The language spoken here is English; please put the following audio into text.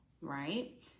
right